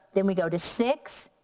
then we go to six,